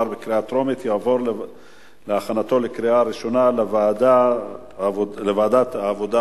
לדיון מוקדם בוועדת העבודה,